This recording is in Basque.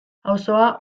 auzoa